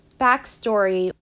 Backstory